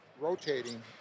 rotating